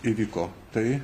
įvyko tai